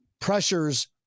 pressures